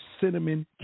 cinnamon